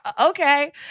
okay